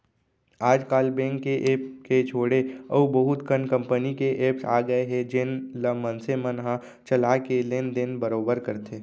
आज काल बेंक के ऐप के छोड़े अउ बहुत कन कंपनी के एप्स आ गए हे जेन ल मनसे मन ह चला के लेन देन बरोबर करथे